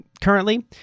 currently